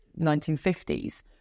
1950s